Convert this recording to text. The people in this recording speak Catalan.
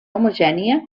homogènia